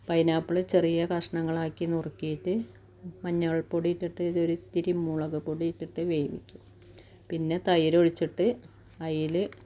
pineapple ചെറിയ കഷ്ണങ്ങളാക്കി നുറുക്കിയിട്ട് മഞ്ഞൾപ്പൊടിട്ടിട്ട് ഒരിത്തിരി മുളക് പൊടി ഇട്ട് വേവിക്കും പിന്നെ തൈരൊഴിച്ചിട്ട് അതിൽ